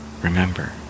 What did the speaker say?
remember